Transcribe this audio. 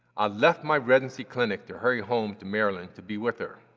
i left my residency clinic to hurry home to maryland to be with her.